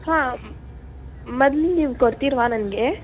ಹಾಂ ಮದ್ಲು ನೀವು ಕೊಡ್ತಿರಾ ನನಗೆ